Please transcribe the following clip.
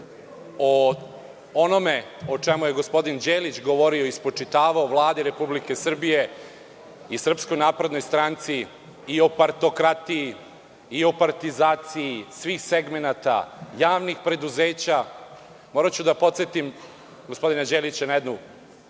o onome o čemu je gospodin Đelić govorio i spočitavao Vladi Republike Srbije i SNS i o partokratiji, i o partizaciji svih segmenata javnih preduzeća, moraću da podsetim gospodina Đelića na jednu